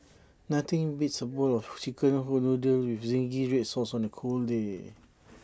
nothing beats A bowl of Chicken Noodles with Zingy Red Sauce on A cold day